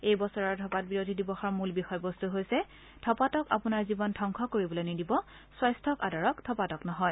এইবছৰৰ ধৰ্পাত বিৰোধী দিৱসৰ মূল বিষয় বস্তু হৈছে ধৰ্গাতক আপোনাৰ জীৱন ধ্বংস কৰিবলৈ নিদিব স্বাস্থাক আদৰক ধৰ্গাতক নহয়